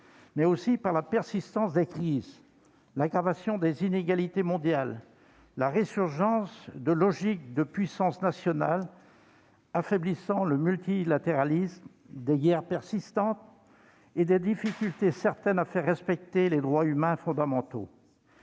mais aussi par la persistance des crises, l'aggravation des inégalités mondiales, la résurgence de logiques de puissances nationales affaiblissant le multilatéralisme, les guerres persistantes et les difficultés certaines à faire respecter les droits humains fondamentaux.